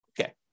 Okay